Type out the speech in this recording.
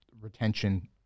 retention